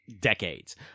decades